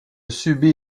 subit